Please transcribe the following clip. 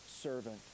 servant